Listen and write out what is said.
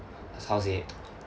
how to say